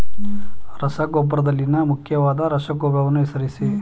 ರಸಗೊಬ್ಬರದಲ್ಲಿನ ಮುಖ್ಯವಾದ ರಸಗೊಬ್ಬರಗಳನ್ನು ಹೆಸರಿಸಿ?